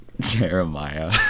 Jeremiah